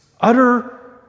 utter